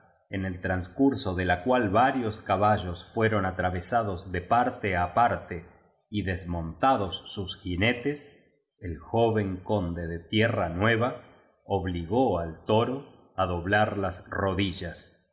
en el transcurso de la cual varios caballos fueron atravesados de parte á parte y desmontados sus jinetes el joven conde de tierra nueva obligó al toro á doblar las rodi